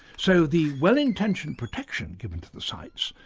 so the well intentioned protection give to the sites,